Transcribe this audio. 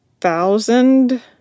thousand